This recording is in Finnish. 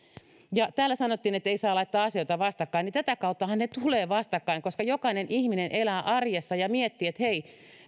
täällä sanottiin että ei saa laittaa asioita vastakkain mutta tätä kauttahan ne tulevat vastakkain koska jokainen ihminen elää arjessa ja miettii että hei